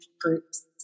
groups